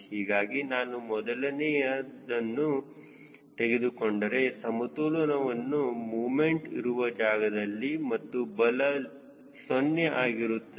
ಹೀಗಾಗಿ ನಾನು ಮೊದಲನೆಯದನ್ನು ತೆಗೆದುಕೊಂಡರೆ ಸಮತೋಲನವು ಮೂಮೆಂಟ್ ಇರುವ ಜಾಗದಲ್ಲಿ ಮತ್ತು ಬಲ 0 ಆಗಿರುತ್ತದೆ